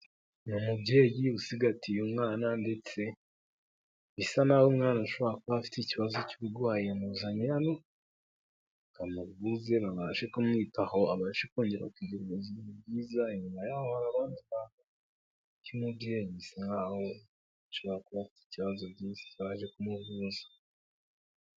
Ni umubyeyi usigatiye umwana ndetse bisa n'aho umwana ashora kuba afite ikibazo cy'uburwayi, amuzanye hano ngo amuvuze babashe ku mwitaho abasha kongera kugiragira ubuzima bwiza, inyuma y'aho hari abandi bantu, kuko umubyeyi bisa nk'aho ashobora kuba afite ikibazo disi akaba yaje kumuvuza.